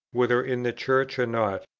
whether in the church or not,